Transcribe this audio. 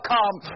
come